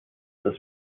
dass